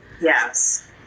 Yes